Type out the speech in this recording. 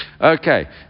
Okay